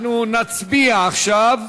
אנחנו נצביע עכשיו.